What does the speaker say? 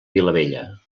vilabella